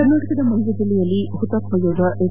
ಕರ್ನಾಟಕದ ಮಂಡ್ಯ ಜೆಲ್ಲೆಯಲ್ಲಿ ಹುತಾತ್ನ ಯೋಧ ಎಚ್